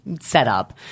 setup